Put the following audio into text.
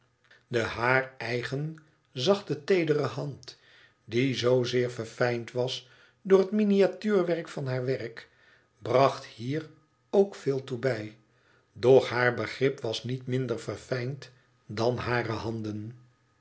de haar eigen zachte teere hand die zoozeer verfijnd was door het miniatuurwerk van haar vak bracht hier ook veel toe bij doch haar begrip was niet minder verfijnd dan hare handen